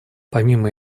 помимо